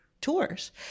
tours